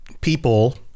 people